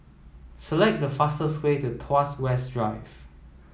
select the fastest way to Tuas West Drive